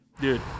Dude